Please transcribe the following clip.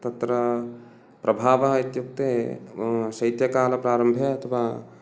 तत्र प्रभावः इत्युक्ते शैत्यकालप्रारम्भे अथवा